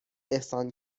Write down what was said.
احسان